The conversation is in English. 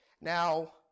Now